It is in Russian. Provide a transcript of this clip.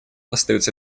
остаются